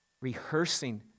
rehearsing